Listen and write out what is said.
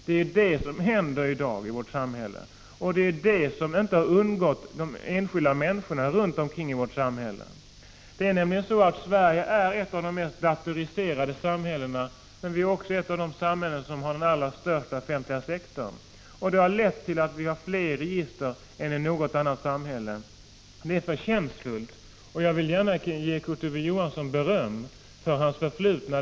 Det är det som händer i dag i vårt samhälle, och det är det som inte har undgått de enskilda människorna. Sverige är ett av de mest datoriserade samhällena men också ett av de samhällen som har den allra största offentliga sektorn. Det har lett till att det finns fler register här än i något annat samhälle. Det är förtjänstfullt, och jag vill gärna ge Kurt Ove Johansson beröm för hans förflutna.